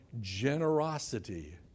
generosity